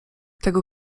tego